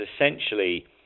essentially